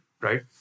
right